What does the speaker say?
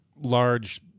large